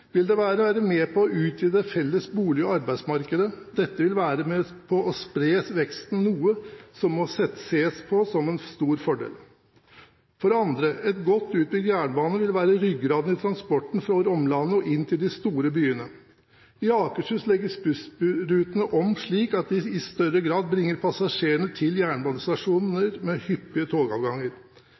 vil være med på å utvide det felles bolig- og arbeidsmarkedet. Dette vil være med på å spre veksten noe, som må ses på som en stor fordel. For det andre: En godt utbygd jernbane vil være ryggraden i transporten fra omlandet og inn til de store byene. I Akershus legges bussrutene om, slik at man i større grad bringer passasjerene til jernbanestasjoner med hyppige togavganger.